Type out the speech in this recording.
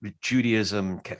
Judaism